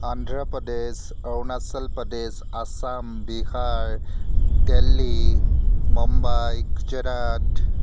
Andhra Pradesh Arunachal Pradesh Assam Bihar Delhi Mumbai Gujarat